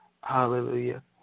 Hallelujah